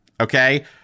okay